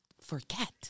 forget